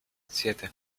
siete